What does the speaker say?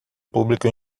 público